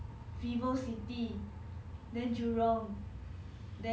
故意 like 派我去远远的地方 leh at first is like